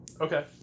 Okay